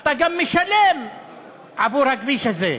אתה גם משלם עבור הכביש הזה.